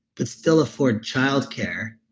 but still afford childcare,